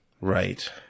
Right